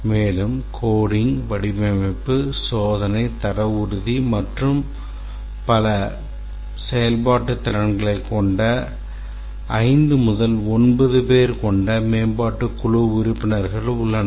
மேலும் நிரலாக்கம் வடிவமைப்பு சோதனை தர உறுதி மற்றும் பல போன்ற செயல்பாட்டு திறன்களைக் கொண்ட ஐந்து முதல் ஒன்பது பேர் கொண்ட மேம்பாட்டுக் குழு உறுப்பினர்கள் உள்ளனர்